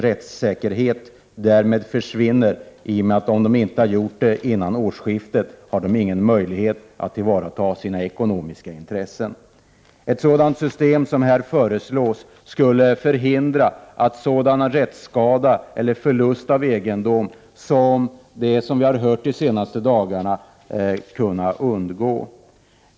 Rättssäkerheten sätts ur spel, för man har inga möjligheter att tillvarata sina ekonomiska intressen om man inte löser ut dem före årsskiftet. Det system som föreslås skulle förhindra sådan rättsskada eller förlust av egendom som vi har fått läsa om de senaste dagarna.